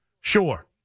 Sure